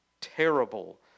terrible